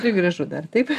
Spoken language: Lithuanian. gražu dar taip